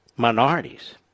minorities